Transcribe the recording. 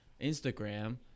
Instagram